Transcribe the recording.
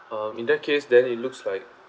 um in that case then it looks like